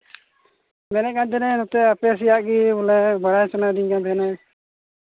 ᱢᱮᱱᱮᱫ ᱠᱟᱱ ᱛᱟᱸᱦᱮᱱᱤᱧ ᱱᱚᱛᱮ ᱟᱯᱮ ᱥᱮᱭᱟᱜ ᱜᱮ ᱵᱚᱞᱮ ᱵᱟᱲᱟᱭ ᱥᱟᱱᱟᱭᱮᱫᱤᱧ ᱠᱟᱱ ᱛᱟᱸᱦᱮᱱᱟ